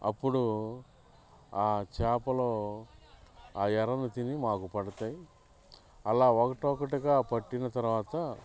అప్పుడు ఆ చాపలు ఆ ఎరను తిని మాకు పడతాయి అలా ఒకటొగటిగా పట్టిన తరువాత